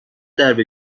درب